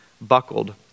buckled